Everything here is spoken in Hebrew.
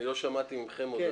אני לא שמעתי ממכם עוד.